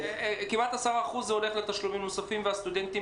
כמעט 10% הולכים לתשלומים נוספים והסטודנטים